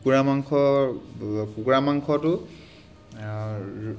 কুকুৰা মাংসৰ কুকুৰা মাংসটো